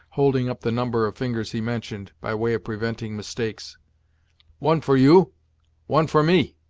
holding up the number of fingers he mentioned, by way of preventing mistakes one for you one for me.